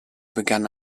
begann